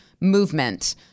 movement